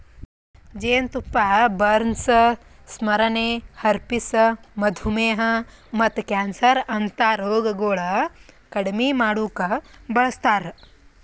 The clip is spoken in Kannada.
ಜೇನತುಪ್ಪ ಬರ್ನ್ಸ್, ಸ್ಮರಣೆ, ಹರ್ಪಿಸ್, ಮಧುಮೇಹ ಮತ್ತ ಕ್ಯಾನ್ಸರ್ ಅಂತಾ ರೋಗಗೊಳ್ ಕಡಿಮಿ ಮಾಡುಕ್ ಬಳಸ್ತಾರ್